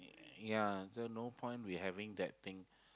ya so no point we having that thing